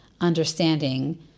understanding